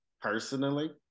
Personally